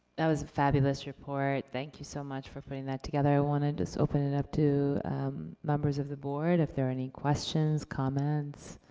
that was a fabulous report. thank you so much for putting that together. i wanna just open it up to members of the board, if there are any questions, comments?